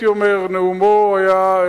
נאומו היה נאום